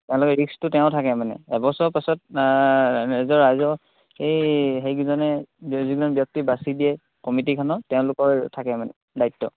তেওঁলোকে ৰিক্সটো তেওঁ থাকে মানে এবছৰ পাছত নিজৰ ৰাইজৰ সেই সেইকেইজনে যিকেইজন ব্যক্তি বাছি দিয়ে কমিটিখনত তেওঁলোকৰ থাকে মানে দায়িত্ব